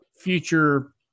future